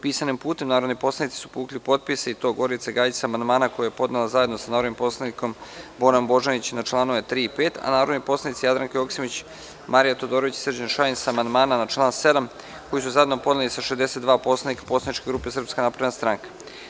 Pisanim putem, narodni poslanici su povukli potpise, i to: Gorica Gajić, sa amandmana koji je podnela zajedno sa narodnim poslanikom Bojanom Božanić na članove 3. i 5, a narodni poslanici Jadranka Joksimović, Marija Todorović i Srđan Šajn, sa amandmana na član 7. koji su zajedno podneli sa 62 narodna poslanika poslaničke grupe SNS.